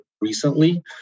recently